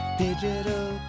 digital